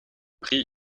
prix